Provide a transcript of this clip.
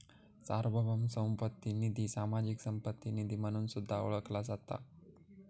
सार्वभौम संपत्ती निधी, सामाजिक संपत्ती निधी म्हणून सुद्धा ओळखला जाता